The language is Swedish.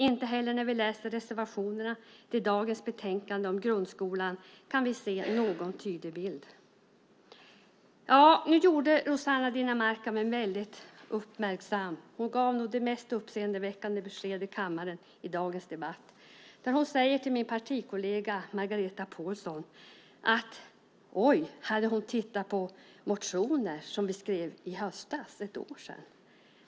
Inte heller när vi läser reservationerna i dagens betänkande om grundskolan kan vi se någon tydlig bild. Rossana Dinamarca gjorde mig väldigt uppmärksam. Hon gav nog det mest uppseendeväckande beskedet i kammaren i dagens debatt. Hon vänder sig till min allianskollega Margareta Pålsson med ett oj, hade hon tittat på motioner som vi skrev i höstas, för ett år sedan.